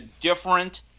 different